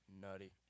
Nutty